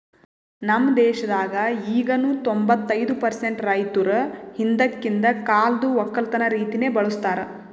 ನಮ್ ದೇಶದಾಗ್ ಈಗನು ತೊಂಬತ್ತೈದು ಪರ್ಸೆಂಟ್ ರೈತುರ್ ಹಿಂದಕಿಂದ್ ಕಾಲ್ದು ಒಕ್ಕಲತನ ರೀತಿನೆ ಬಳ್ಸತಾರ್